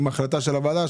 כולל החלטה של הוועדה,